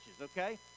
okay